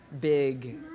big